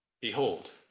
Behold